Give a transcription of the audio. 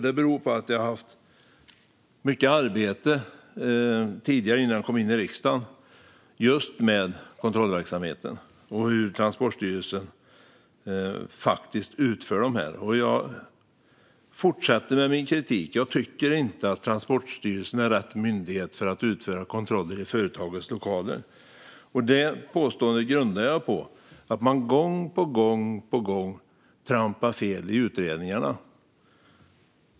Det beror på att jag innan jag kom in i riksdagen hade mycket arbete med just kontrollverksamheten och hur Transportstyrelsen faktiskt utför kontrollerna. Jag fortsätter med min kritik. Jag tycker inte att Transportstyrelsen är rätt myndighet att utföra kontroller i företags lokaler. Det påståendet grundar jag på att man gång på gång trampar fel i utredningarna.